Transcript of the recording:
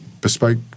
bespoke